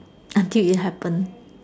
until it happen